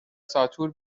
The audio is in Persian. ساتور